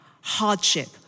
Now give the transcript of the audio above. hardship